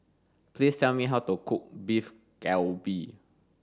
please tell me how to cook Beef Galbi